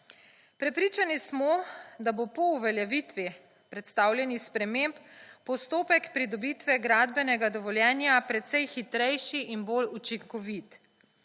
Prepričani smo, da bo po uveljavitvi predstavljenih sprememb postopek pridobitve gradbenega dovoljenja precej hitrejši in bolj učinkovit.